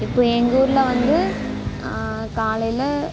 இப்போ எங்கள் ஊரில் வந்து காலையில்